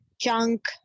junk